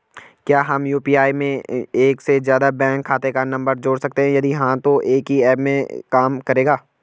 क्या हम यु.पी.आई में एक से ज़्यादा बैंक खाते का नम्बर जोड़ सकते हैं यदि हाँ तो एक ही ऐप में काम करेगा?